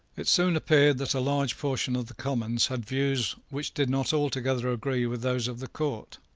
it soon appeared that a large portion of the commons had views which did not altogether agree with those of the court.